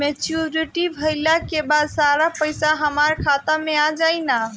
Maturity भईला के बाद सारा पईसा हमार खाता मे आ जाई न?